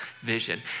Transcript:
vision